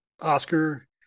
Oscar